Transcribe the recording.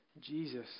Jesus